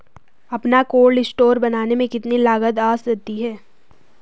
अपना cold store बनाने में कितनी लागत आ जाती है?